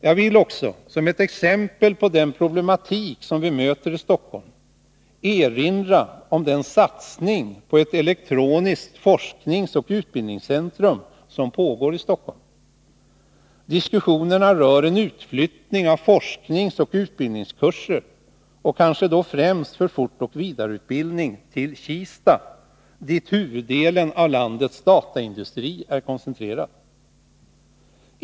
Jag vill också, som ett exempel på den problematik som vi möter i Stockholm, erinra om den satsning på ett elektroniskt forskningsoch utbildningscentrum som pågår i Stockholm. Diskussionerna rör en utflyttning av forskningsoch utbildningskurser, och kanske då främst fortoch vidareutbildning, till Kista, där huvuddelen av landets dataindustri snart är koncentrerad.